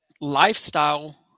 lifestyle